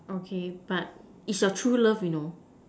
okay but is your true love you know